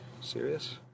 Serious